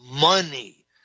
money